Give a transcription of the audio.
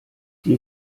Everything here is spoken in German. dir